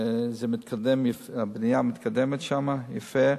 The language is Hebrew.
הבנייה מתקדמת שם יפה,